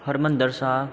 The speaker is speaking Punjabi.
ਹਰਿਮੰਦਰ ਸਾਹਿਬ